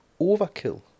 Overkill